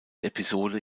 episode